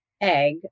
egg